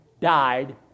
died